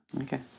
Okay